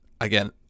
again